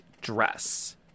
dress